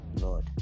Lord